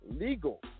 legal